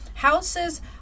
Houses